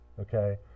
Okay